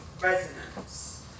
resonance